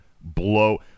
blow